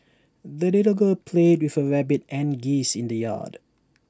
the little girl played with her rabbit and geese in the yard